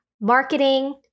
marketing